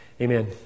Amen